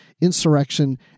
Insurrection